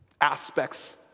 aspects